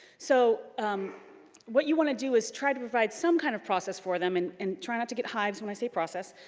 so what you want to do, is try to provide some kind of process for them and and try not to get hives when i say process,